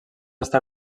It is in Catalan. està